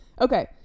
Okay